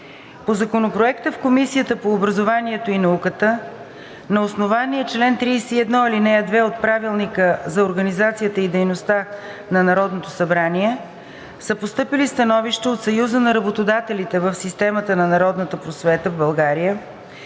По Законопроекта в Комисията по образованието и науката на основание чл. 31, ал. 2 от Правилника за организацията и дейността на Народното събрание са постъпили становища от Съюза на работодателите в системата на народната просвета в България,